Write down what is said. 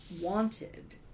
wanted